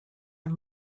are